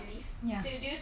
新加坡